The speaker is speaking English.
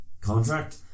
contract